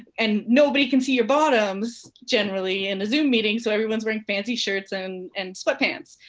and nobody can see your bottoms, generally, in a zoom meeting, so everyone's wearing fancy shirts and and sweatpants.